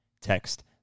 text